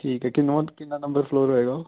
ਠੀਕ ਹੈ ਕਿਨਵਾਂ ਕਿੰਨਾ ਨੰਬਰ ਫਲੋਰ ਹੋਵੇਗਾ ਉਹ